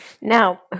now